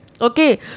Okay